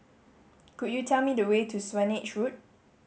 could you tell me the way to Swanage Road